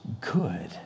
good